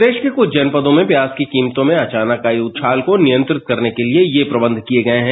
प्रदेश के कुछ जनपदों में प्याज प्याज की कीमतों में अचानक आई उछाल को नियंत्रित करने के लिए ये प्रबंध किए गए हैं